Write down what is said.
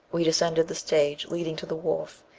we descended the stage leading to the wharf,